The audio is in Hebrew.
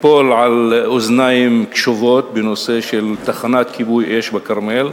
תיפול על אוזניים קשובות בנושא של תחנת כיבוי אש בכרמל,